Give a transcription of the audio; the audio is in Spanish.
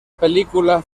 película